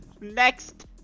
NEXT